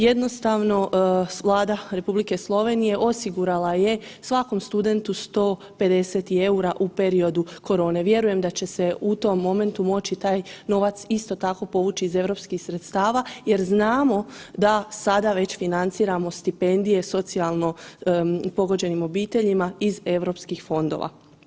Jednostavno Vlada Republike Slovenije osigurala je svakom studentu 150 eura u periodu korone, vjerujem da će se u tom momentu moći taj novac isto tako povući iz europskih sredstava jer znamo da sada već financiramo stipendije, socijalno pogođenim obiteljima iz europskih fondova.